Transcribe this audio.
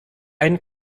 ein